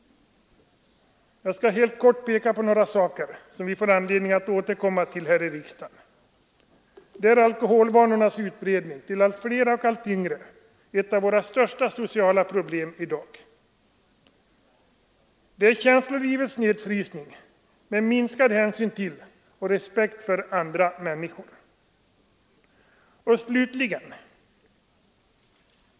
Jag skall helt kort peka på några saker som vi får anledning att återkom ma till här i riksdagen. Det är alkoholvanornas utbredning till allt flera och allt yngre — ett av våra största sociala problem. Det är känslolivets nedfrysning med minskad hänsyn till och respekt för andra människor.